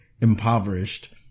impoverished